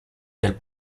del